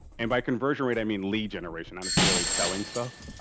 and by conversion rate i mean lead generation, not necessarily selling stuff,